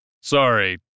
Sorry